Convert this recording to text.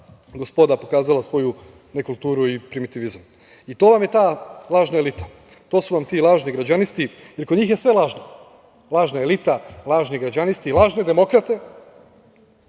gospoda pokazala svoju nekulturu i primitivizam. To vam je ta lažna elita, to su vam ti lažni građanisti. Kod njih je sve lažno. Lažna elita, lažni građanisti, lažne demokrate. Ta